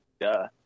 duh